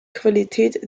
qualität